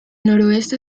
noroeste